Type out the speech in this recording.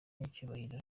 y’icyubahiro